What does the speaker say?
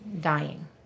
dying